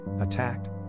attacked